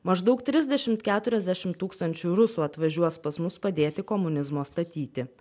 maždaug trisdešimt keturiasdešimt tūkstančių rusų atvažiuos pas mus padėti komunizmo statyti